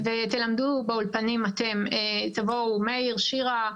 ותלמדו באולפנים אתם, תבואו, מאיר, שירה,